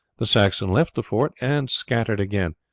the saxons left the fort and scattered again,